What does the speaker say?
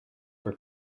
for